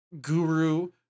guru